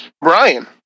Brian